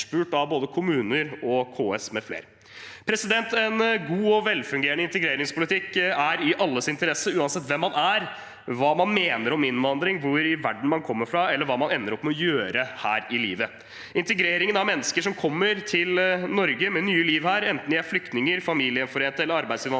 av både kommuner og KS mfl. En god og velfungerende integreringspolitikk er i alles interesse, uansett hvem man er, hva man mener om innvandring, hvor i verden man kommer fra, eller hva man ender opp med å gjøre her i livet. Integreringen av mennesker som kommer til Norge til et nytt liv her, enten de er flyktninger, familiegjenforent eller arbeidsinnvandrere,